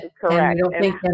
Correct